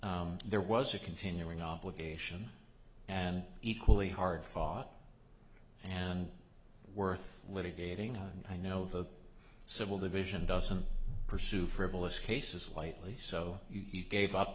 there was a continuing obligation and equally hard fought and worth litigating and i know the civil division doesn't pursue frivolous cases lightly so he gave up